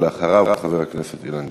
אחריו, חבר הכנסת אילן גילאון.